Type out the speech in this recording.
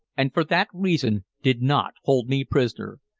and for that reason did not hold me prisoner.